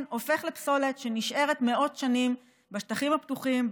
הופך לפסולת שנשארת מאות שנים בשטחים הפתוחים,